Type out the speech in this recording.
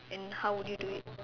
and how would you do it